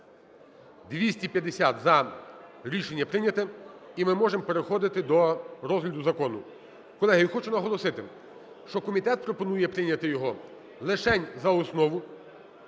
За-250 Рішення прийнято, і ми можемо переходити до розгляду закону. Колеги, я хочу наголосити, що комітет пропонує прийняти його лишень за основу,